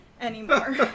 anymore